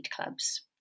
clubs